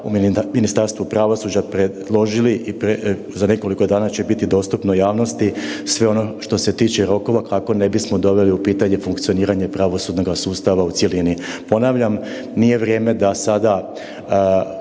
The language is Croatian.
u Ministarstvu pravosuđa predložili i za nekoliko dana će biti dostupno javnosti sve ono što se tiče rokova kako ne bismo doveli u pitanje funkcioniranje pravosudnoga sustava u cjelini. Ponavljam, nije vrijeme da sada